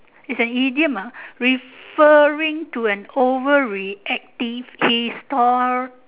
is an idiom ah referring to an over reactive histor